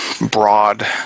broad